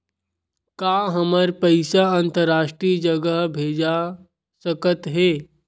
का हमर पईसा अंतरराष्ट्रीय जगह भेजा सकत हे?